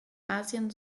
asien